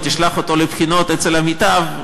ותשלח אותו לבחינות אצל עמיתיו,